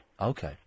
Okay